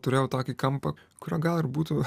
turėjau tokį kampą kurio gal ir būtų